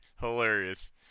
Hilarious